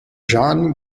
john